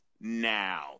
now